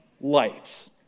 lights